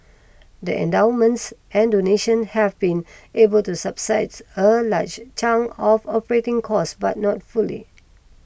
the endowments and donations have been able to subsides a large chunk of operating costs but not fully